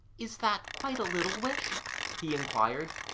is that quite a little wish he inquired.